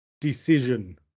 decision